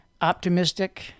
Optimistic